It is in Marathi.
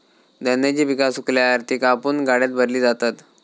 धान्याची पिका सुकल्यावर ती कापून गाड्यात भरली जातात